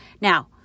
now